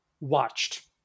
watched